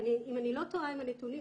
אם אני לא טועה עם הנתונים,